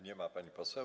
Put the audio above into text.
Nie ma pani poseł.